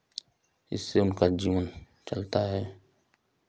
इससे उनका जीवन चलता है